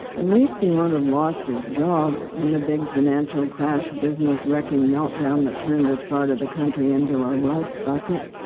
and least he wouldn't um lost his job in the big financial crash, business-wrecking meltdown that turned this part of the country into a rust bucket.